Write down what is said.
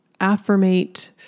affirmate